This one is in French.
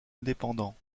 indépendants